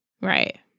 right